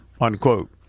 unquote